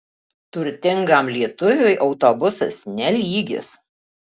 turtingam lietuviui autobusas ne lygis